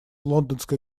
лондонская